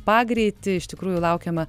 pagreitį iš tikrųjų laukiama